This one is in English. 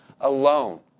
alone